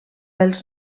els